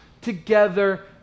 together